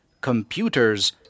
computers